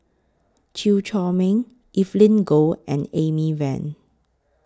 Chew Chor Meng Evelyn Goh and Amy Van